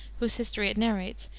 whose history it narrates,